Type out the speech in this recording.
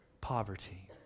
poverty